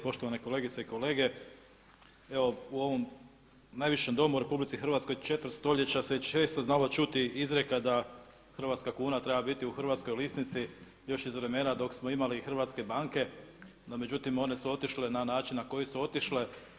Poštovane kolegice i kolege evo u ovom najvišem domu u RH četvrt stoljeća se često znala čuti izrijeka da hrvatska kuna treba biti u hrvatskom lisnici još iz vremena dok smo imali i hrvatske banke, no međutim one su otišle na način na koji su otišle.